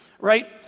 right